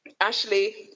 Ashley